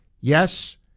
yes